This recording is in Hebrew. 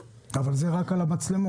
אבל זה רק על המצלמות.